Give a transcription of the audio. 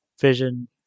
vision